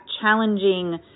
challenging